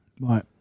right